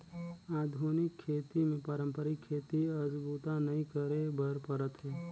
आधुनिक खेती मे पारंपरिक खेती अस बूता नइ करे बर परत हे